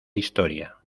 historia